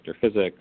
physics